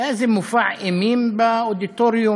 שהיה איזה מופע אימים באודיטוריום.